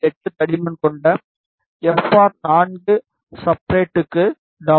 8 தடிமன் கொண்ட F R சபஸ்ட்ரேட்டுக்கு w 1